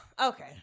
Okay